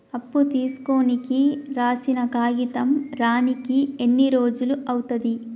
అప్పు తీసుకోనికి రాసిన కాగితం రానీకి ఎన్ని రోజులు అవుతది?